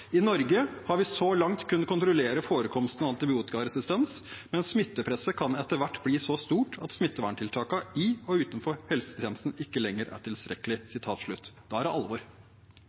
Norge har vi så langt kunnet kontrollere forekomsten av antibiotikaresistens, men smittepresset kan etter hvert blir så stort at smitteverntiltakene i og utenfor helsetjenesten ikke lenger er tilstrekkelige.» Da er det alvor.